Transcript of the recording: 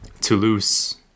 Toulouse